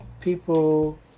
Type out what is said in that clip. People